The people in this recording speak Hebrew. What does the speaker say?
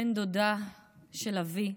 בן דודה של אבי,